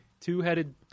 two-headed